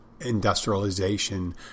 industrialization